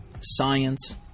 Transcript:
science